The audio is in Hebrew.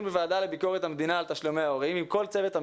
בוועדה לביקורת המדינה על תשלומי ההורים,